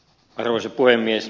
arvoisa puhemies